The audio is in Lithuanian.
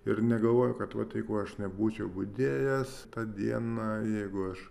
ir negalvoju kad vat jeigu aš nebūčiau budėjęs tą dieną jeigu aš